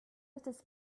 aspects